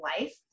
life